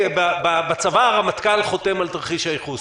בצבא הרמטכ"ל חותם על תרחיש הייחוס.